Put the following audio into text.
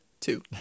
Two